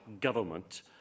Government